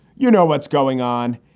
you know what's going on?